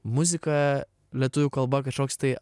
muzika lietuvių kalba kažkoks tai